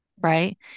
right